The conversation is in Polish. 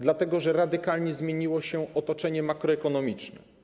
Dlatego że radykalnie zmieniło się otoczenie makroekonomiczne.